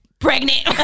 pregnant